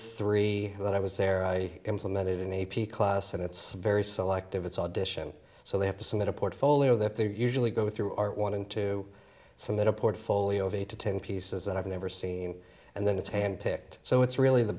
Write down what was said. three when i was there i implemented an a p class and it's very selective it's audition so they have to submit a portfolio that they're usually go through are wanting to submit a portfolio of eight to ten pieces that i've never seen and then it's